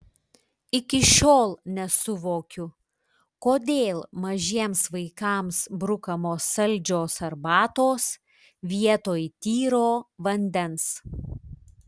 iki šiol nesuvokiu kodėl mažiems vaikams brukamos saldžios arbatos vietoj tyro vandens